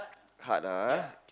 hard lah